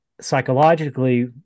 psychologically